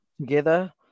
together